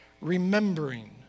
remembering